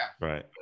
Right